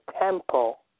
temple